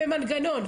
במנגנון,